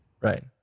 Right